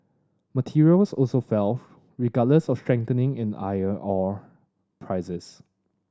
materials also fell regardless of a strengthening in iron ore prices